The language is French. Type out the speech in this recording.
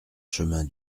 chemin